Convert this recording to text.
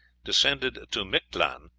descended to mictlan,